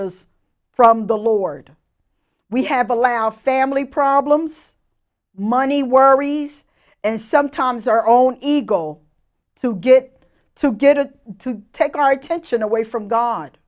us from the lord we have allow family problems money worries and sometimes our own ego to get to get it to take our attention away from god